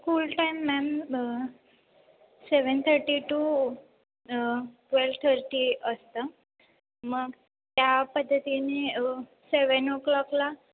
school time ma'am seven thirty to twelve thirty असतं मग त्या पद्धतीने सेवन ओ क्लॉकला